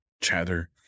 chatter